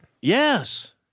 Yes